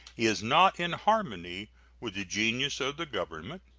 is not in harmony with the genius of the government